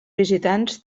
visitants